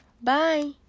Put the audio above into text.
bye